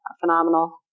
phenomenal